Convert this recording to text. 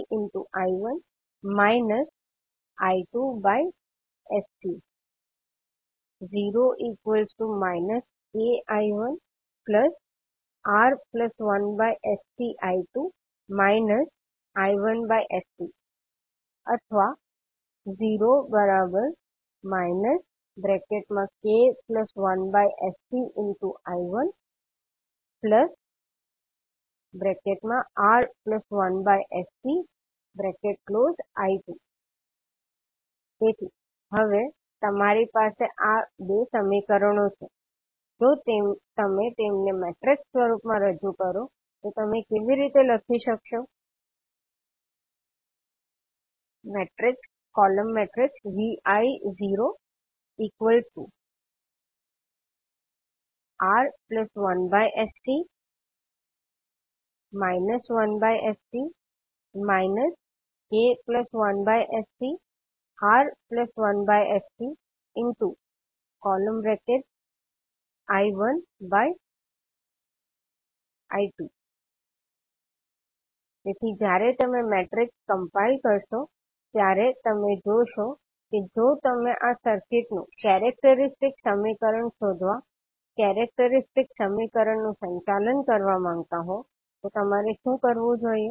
ViR1sCI1 I2sC 0 kI1R1sCI2 I1sC Or 0 k1sCI1R1sCI2 તેથી હવે તમારી પાસે આ 2 સમીકરણો છે જો તમે તેમને મેટ્રિક્સ સ્વરૂપમાં રજૂ કરો તો તમે કેવી રીતે લખશો તેથી જ્યારે તમે મેટ્રિક્સ કમ્પાઇલ કરશો ત્યારે તમે જોશો કે જો તમે આ સર્કિટનુ કેરેક્ટરીસ્ટીક સમીકરણ શોધવા કેરેક્ટરીસ્ટીક સમીકરણ નું સંચાલન કરવા માંગતા હો તો તમારે શું કરવું જોઈએ